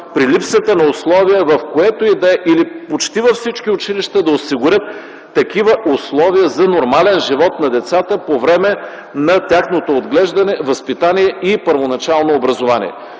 при липсата на условия в което и да е или почти във всички училища да осигурят такива условия за нормален живот на децата по време на тяхното отглеждане, възпитание и първоначално образование.